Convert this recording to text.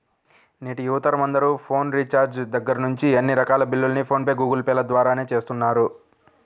నేటి యువతరం అందరూ ఫోన్ రీఛార్జి దగ్గర్నుంచి అన్ని రకాల బిల్లుల్ని ఫోన్ పే, గూగుల్ పే ల ద్వారానే చేస్తున్నారు